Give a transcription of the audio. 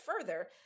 further